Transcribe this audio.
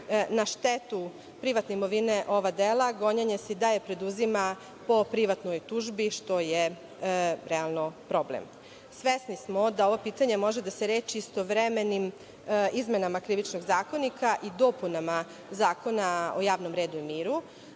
na štetu privatne imovine ova dela gonjenje se i dalje preduzima po privatnoj tužbi, što je realno problem. Svesni smo da ovo pitanje može da se reši istovremenim izmenama Krivičnog zakonika i dopunama Zakona o javnom redu i miru,